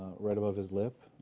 right above his lip,